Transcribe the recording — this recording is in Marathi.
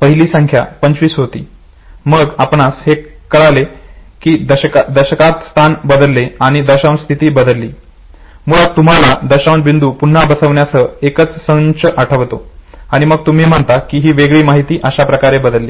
पहिली संख्या 25 होती मग आपणास हे कळले की दशकात स्थान बदलले आणि दशांश स्थिती बदलली मुळात तुम्हाला दशांश बिंदू पुन्हा बसविण्यासह एकच संच आठवतो आणि मग तुम्ही म्हणता की ही वेगळी माहिती अशा प्रकारे बदलवली